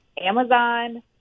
Amazon